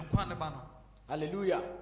Hallelujah